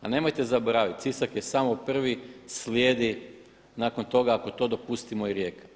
Ali nemojte zaboraviti Sisak je samo prvi, slijedi nakon toga ako to dopustimo i Rijeka.